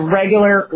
regular